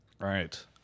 Right